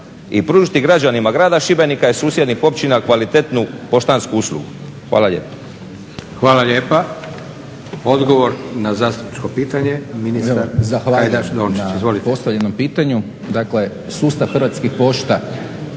i pružiti građanima grada Šibenika i susjednih općina kvalitetnu poštansku uslugu? Hvala lijepa.